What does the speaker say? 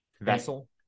vessel